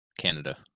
Canada